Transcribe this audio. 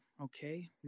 okay